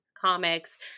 comics